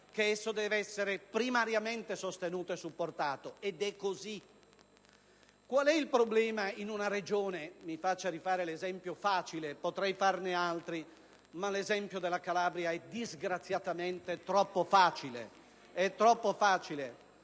che deve essere primariamente sostenuto e supportato. Ed è così. Qual è il problema in una Regione? Mi faccia riproporre l'esempio facile; potrei farne altri, ma quello della Calabria è disgraziatamente troppo facile. BRUNO *(PD)*.